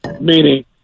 meaning